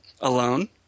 alone